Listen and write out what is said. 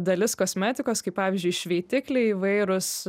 dalis kosmetikos kaip pavyzdžiui šveitikliai įvairūs